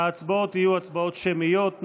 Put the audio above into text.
ההצבעות יהיו הצבעות שמיות.